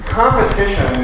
competition